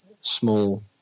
small